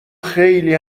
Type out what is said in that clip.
خیلی